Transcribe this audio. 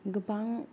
गोबां